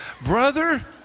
brother